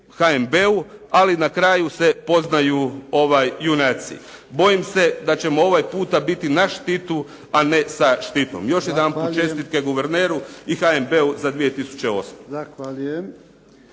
HNB-u, ali na kraju se poznaju junaci. Bojim se da ćemo ovaj puta biti na štitu a ne sa štitom. Još jedanput čestitke guverneru i HNB-u za 2008.